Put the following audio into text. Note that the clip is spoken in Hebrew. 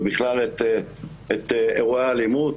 ובכלל את אירוע האלימות,